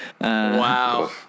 Wow